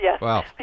Wow